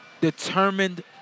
determined